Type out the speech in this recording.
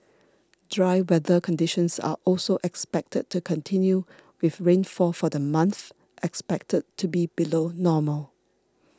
dry weather conditions are also expected to continue with rainfall for the month expected to be below normal